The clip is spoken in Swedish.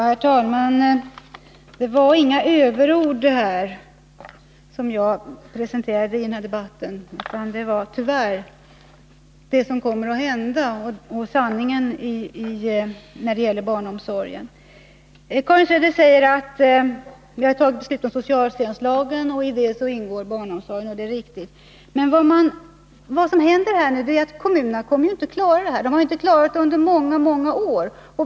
Herr talman! Det var inga överord som jag presenterade i mitt anförande, utan det var tyvärr sanningen om vad som kommer att hända när det gäller Barpnsor een Kårin Söder säger att vi har fattat beslut om socialtjänstlagen och att barnomsorgen ingår där, och det är riktigt. Men vad som kommer att hända är att kommunerna inte klarar detta — de har inte klarat det under många år.